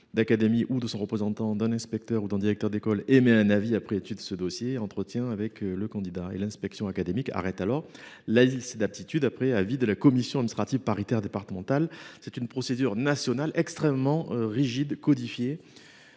d’académie ou de son représentant, d’un inspecteur et d’un directeur d’école, émet un avis après étude du dossier et entretien avec le candidat. L’inspection académique arrête alors la liste d’aptitude après avis de la commission administrative paritaire départementale. Il s’agit d’une procédure nationale extrêmement codifiée,